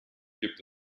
gibt